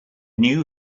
new